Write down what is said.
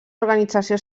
organització